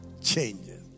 changes